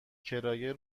کرایه